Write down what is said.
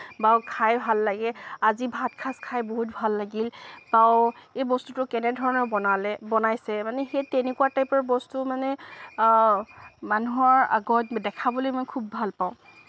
বা খাই ভাল লাগে আজি ভাতসাজ খাই বহুত ভাল লাগিল বা এই বস্তুটো কেনেধৰণে বনালে বনাইছে মানে সেই তেনেকুৱা টাইপৰ বস্তু মানে মানুহৰ আগত দেখাবলৈ মই খুব ভাল পাওঁ